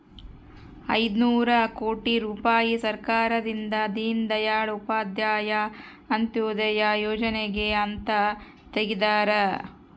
ಐನೂರ ಕೋಟಿ ರುಪಾಯಿ ಸರ್ಕಾರದಿಂದ ದೀನ್ ದಯಾಳ್ ಉಪಾಧ್ಯಾಯ ಅಂತ್ಯೋದಯ ಯೋಜನೆಗೆ ಅಂತ ತೆಗ್ದಾರ